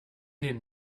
den